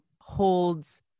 holds